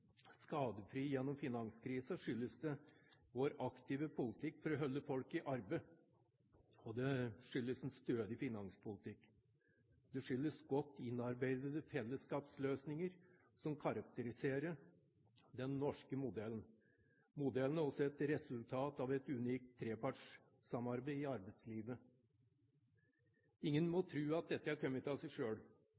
skadefri gjennom finanskrisen, skyldes det vår aktive politikk for å holde folk i arbeid, og det skyldes en stødig finanspolitikk. Det skyldes godt innarbeidede fellesskapsløsninger som karakteriserer den norske modellen. Modellen er også et resultat av et unikt trepartssamarbeid i arbeidslivet. Ingen må